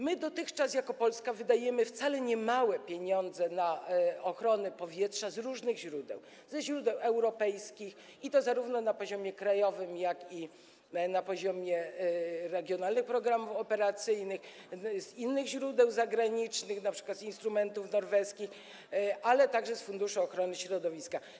My jako Polska wydajemy dotychczas niemałe pieniądze na ochronę powietrza, pozyskiwane z różnych źródeł: źródeł europejskich, i to zarówno na poziomie krajowym, jak i na poziomie regionalnych programów operacyjnych, oraz innych źródeł zagranicznych, np. z instrumentów norweskich, ale także z funduszu ochrony środowiska.